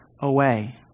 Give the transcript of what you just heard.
away